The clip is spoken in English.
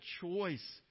choice